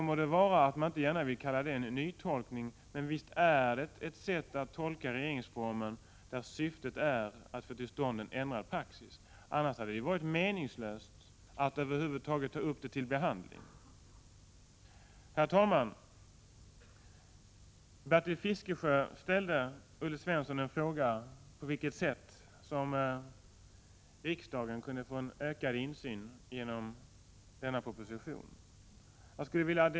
Det må vara att man inte gärna vill kalla det en nytolkning. Men visst är det ett sätt att tolka regeringsformen i syfte att få till stånd en ändrad 25 Prot. 1986/87:122 = praxis. Annars hade det ju varit meningslöst att över huvud taget ta upp detta 13 maj 1987 till behandling. Ta Herr talman! Bertil Fiskesjö ställde en fråga till Olle Svensson om på vilket sätt riksdagen kunde få en ökad insyn genom denna proposition.